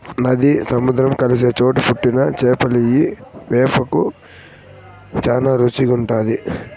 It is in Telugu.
నది, సముద్రం కలిసే చోట పుట్టిన చేపలియ్యి వేపుకు శానా రుసిగుంటాది